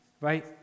right